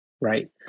Right